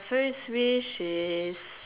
first wish is